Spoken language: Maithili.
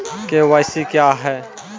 के.वाई.सी क्या हैं?